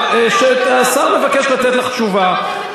אבל השר מבקש לתת לך תשובה.